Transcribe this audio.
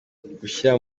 gushira